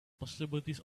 possibilities